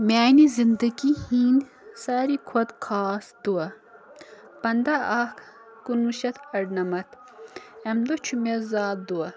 میٛانہِ زندگی ہِنٛدۍ ساروی کھۄتہٕ خاص دۄہ پَنٛداہ اَکھ کُنہٕ وُہ شَتھ اَرنَمَت اَمہِ دۄہ چھُ مےٚ زا دۄہ